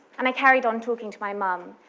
um i carried on talking to my mom.